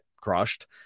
crushed